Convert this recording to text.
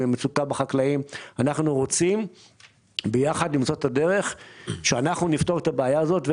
אנחנו רוצים ביחד למצוא את הדרך שאנחנו נפתור את הבעיה הזאת,